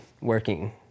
working